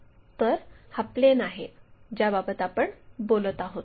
तर हा प्लेन आहे ज्याबाबत आपण बोलत आहोत